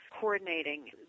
coordinating